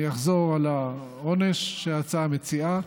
אני אחזור על העונש שההצעה מציעה: